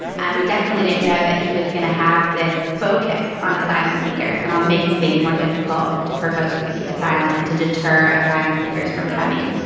and we definitely didn't know that he was going to have this focus on asylum seekers. and i'm making things more difficult for folks to seek asylum and to deter asylum seekers from coming.